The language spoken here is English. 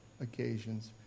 occasions